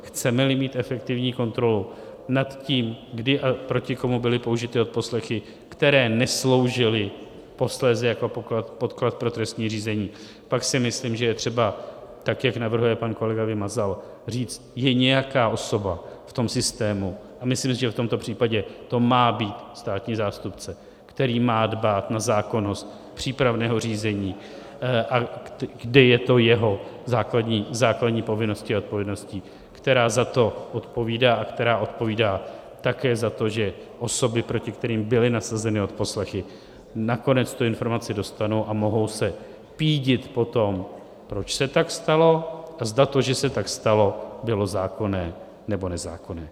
Chcemeli mít efektivní kontrolu nad tím, kdy a proti komu byly použity odposlechy, které nesloužily posléze jako podklad pro trestní řízení, pak si myslím, že je třeba, tak jak navrhuje pan kolega Vymazal, říct, je nějaká osoba v tom systému a myslím si, že v tomto případě to má být státní zástupce, který má dbát na zákonnost přípravného řízení a kde je to jeho základní povinností a odpovědností , která za to odpovídá a která odpovídá také za to, že osoby, proti kterým byly nasazeny odposlechy, nakonec tu informaci dostanou a mohou se pídit po tom, proč se tak stalo a zda to, že se tak stalo, bylo zákonné, nebo nezákonné.